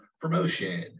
promotion